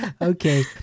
Okay